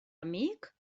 amic